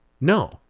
no